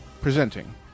Presenting